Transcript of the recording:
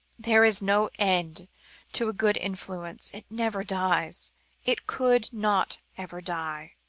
there is no end to a good influence it never dies it could not ever die.